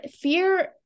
fear